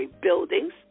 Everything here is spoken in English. buildings